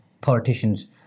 politicians